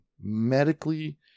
medically